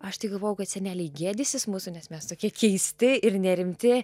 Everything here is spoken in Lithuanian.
aš tai galvojau kad seneliai gėdysis mūsų nes mes tokie keisti ir nerimti